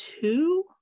two